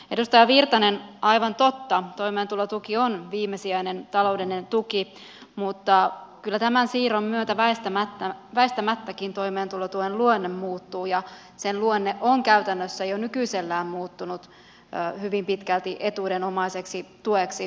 edustaja virtanen aivan totta toimeentulotuki on viimesijainen taloudellinen tuki mutta kyllä tämän siirron myötä väistämättäkin toimeentulotuen luonne muuttuu ja sen luonne on käytännössä jo nykyisellään muuttunut hyvin pitkälti etuudenomaiseksi tueksi